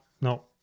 no